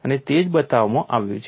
અને તે જ બતાવવામાં આવ્યું છે